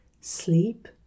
Sleep